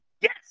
yes